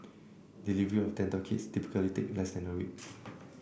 delivery of dental kits typically take less than a week